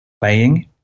playing